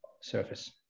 surface